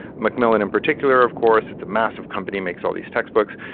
mcmillan in particular, of course, it's a massive company, makes all these textbooks.